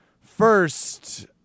first